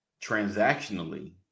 transactionally